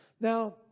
Now